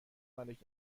ملک